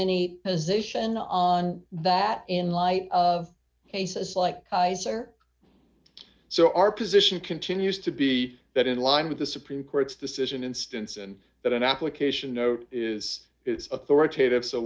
any position on that in light of cases like these are so our position continues to be that in line with the supreme court's decision instance and that an application note is it's authoritative so